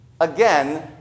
again